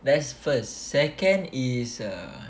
that's first second is err